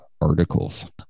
articles